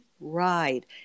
ride